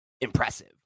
impressive